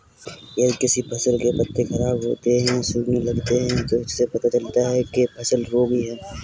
यदि किसी फसल के पत्ते खराब होते हैं, सूखने लगते हैं तो इससे पता चलता है कि फसल रोगी है